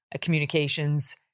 communications